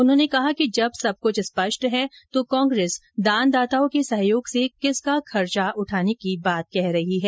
उन्होंने कहा कि जब सब कुछ स्पष्ट है तो कांग्रेस दानदाताओं के सहयोग से किसका खर्च उठाने की बात कह रही है